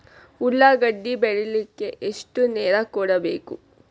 ಉಳ್ಳಾಗಡ್ಡಿ ಬೆಳಿಲಿಕ್ಕೆ ಎಷ್ಟು ನೇರ ಕೊಡಬೇಕು?